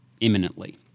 imminently